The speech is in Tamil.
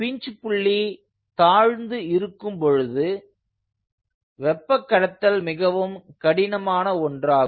பின்ச் புள்ளி தாழ்ந்து இருக்கும் பொழுது வெப்பக்கடத்தல் மிகவும் கடினமான ஒன்றாகும்